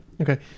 Okay